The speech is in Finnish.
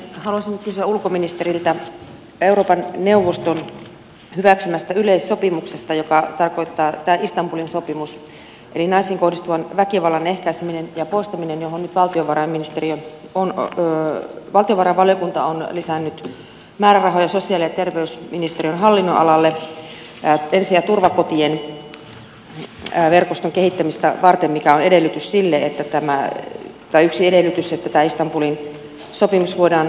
haluaisin nyt kysyä ulkoministeriltä euroopan neuvoston hyväksymästä yleissopimuksesta tästä istanbulin sopimuksesta joka tarkoittaa naisiin kohdistuvan väkivallan ehkäisemistä ja poistamista mihin nyt valtiovarainvaliokunta on lisännyt määrärahoja sosiaali ja terveysministeriön hallinnonalalle ensi ja turvakotien verkoston kehittämistä varten mikä on yksi edellytys sille että tämä istanbulin sopimus voidaan allekirjoittaa ja ratifioida